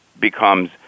becomes